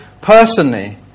personally